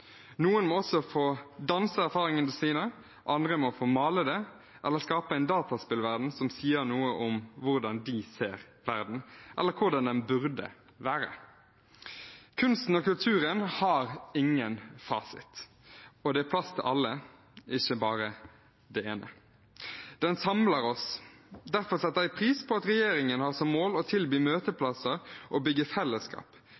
Noen må også få danse erfaringene sine, andre må få male dem eller skape en dataspillverden som sier noe om hvordan de ser verden, eller hvordan den burde være. Kunsten og kulturen har ingen fasit. Det er plass til alle, ikke bare til det ene. Den samler oss. Derfor setter jeg pris på at regjeringen har som mål å tilby